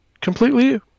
Completely